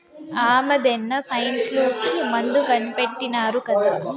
ఆమద్దెన సైన్ఫ్లూ కి మందు కనిపెట్టినారు కదా